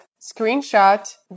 screenshot